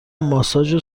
ماساژ